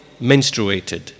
menstruated